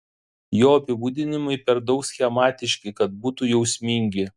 jo apibūdinimai per daug schematiški kad būtų jausmingi